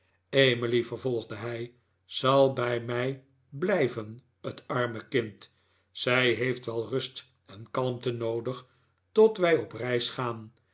emily vervolgde hij zal bij mij blijven t arme kind zij heeft wel rust en kalmte noodig tot wij op reis gaan